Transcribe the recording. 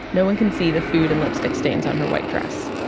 no one can see the food and lipstick stains on her white dress